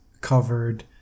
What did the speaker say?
covered